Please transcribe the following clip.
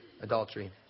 adultery